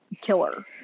killer